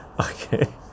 okay